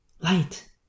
Light